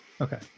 Okay